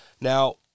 Now